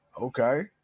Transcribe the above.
Okay